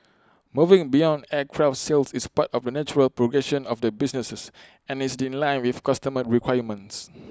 moving beyond aircraft sales is part of the natural progression of the businesses and is in line with customer requirements